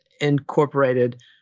incorporated